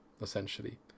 essentially